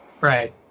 Right